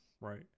Right